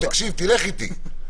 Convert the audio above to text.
תלך איתי,